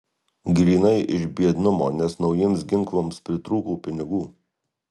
grynai iš biednumo nes naujiems ginklams pritrūkau pinigų